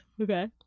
Okay